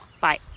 Bye